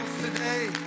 today